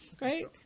right